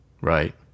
Right